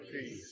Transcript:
peace